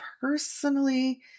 Personally